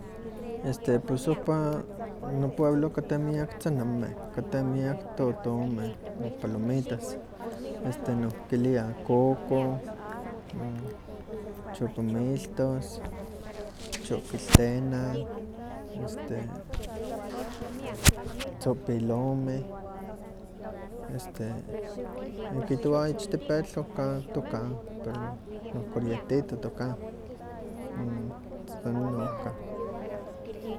Este pues ohpa nopueblo kateh miak tzinameh, kateh miak totomeh, no palomitas, nohkiliah kokoh, chopamiltos, chokiltenah, este tzopilomeh, este kihtowa ich tepetl ohka tucan pero nohcirientito tucan, san onon ohkan.